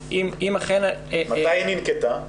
מתי היא ננקטה?